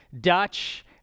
Dutch